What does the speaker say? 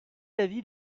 l’avis